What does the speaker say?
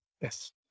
Yes